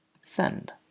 send